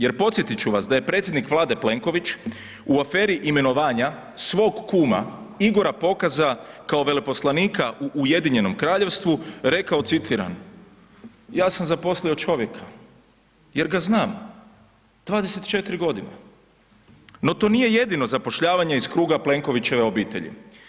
Jer podsjetit ću vas da je predsjednik Vlade Plenković u aferi imenovanja svog kuma Igora Pokaza kao veleposlanika u Ujedinjenom Kraljevstvu rekao, citiram „ja sam zaposlio čovjeka jer ga znam 24.g.“, no to nije jedino zapošljavanje iz kruga Plenkovićeve obitelji.